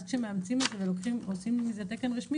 כשמאמצים אותו ועושים מזה תקן רשמי,